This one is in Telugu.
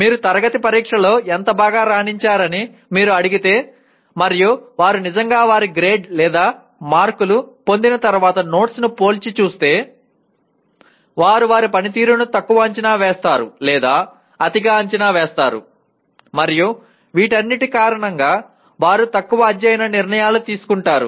మీరు తరగతి పరీక్షలో ఎంత బాగా రాణించారని మీరు అడిగితే మరియు వారు నిజంగా వారి గ్రేడ్ లేదా మార్కులు పొందిన తర్వాత నోట్స్ ను పోల్చి చూస్తే వారు వారి పనితీరును తక్కువ అంచనా వేస్తారు లేదా అతిగా అంచనా వేస్తారు మరియు వీటన్నిటి కారణంగా వారు తక్కువ అధ్యయన నిర్ణయాలు తీసుకుంటారు